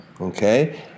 Okay